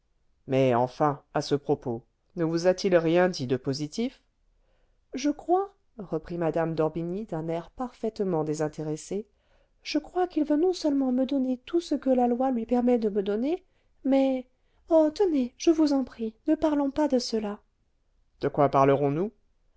mais enfin à ce propos ne vous a-t-il rien dit de positif je crois reprit mme d'orbigny d'un air parfaitement désintéressé je crois qu'il veut non-seulement me donner tout ce que la loi lui permet de me donner mais oh tenez je vous en prie ne parlons pas de cela de quoi parlerons nous